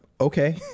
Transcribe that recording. okay